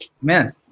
man